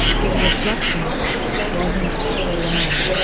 his reflection wasn't alone.